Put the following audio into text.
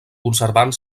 conservant